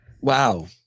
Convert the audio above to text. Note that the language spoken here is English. wow